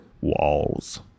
walls